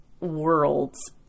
worlds